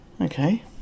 okay